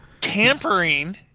Tampering